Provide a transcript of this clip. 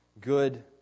good